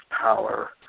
power